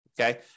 Okay